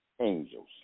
angels